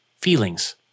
Feelings